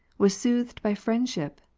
was soothed by friendship,